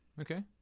Okay